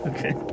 Okay